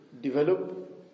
develop